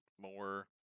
more